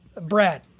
Brad